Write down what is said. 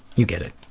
you get it.